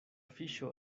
fiŝo